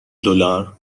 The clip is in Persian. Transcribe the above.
دلار